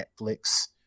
netflix